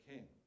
King